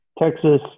Texas